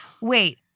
Wait